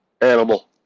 Animal